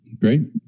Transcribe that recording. Great